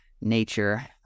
nature